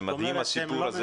הסיפור הזה